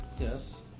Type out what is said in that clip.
Yes